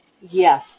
Yes